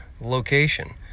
location